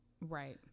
Right